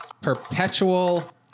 Perpetual